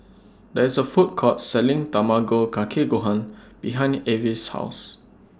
There IS A Food Court Selling Tamago Kake Gohan behind Avis' House